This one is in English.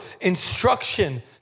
instruction